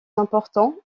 importants